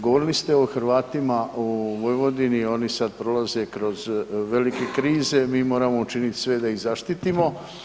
Govorili ste o Hrvatima u Vojvodini, oni sad prolaze kroz velike krize, mi moramo učiniti sve da ih zaštitimo.